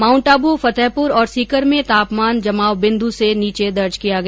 माउंटआबू फतेहपुर और सीकर में तापमान जमाव बिन्दु से नीचे दर्ज किया गया